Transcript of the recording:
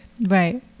Right